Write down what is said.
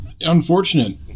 unfortunate